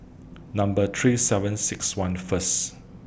Number three seven six one First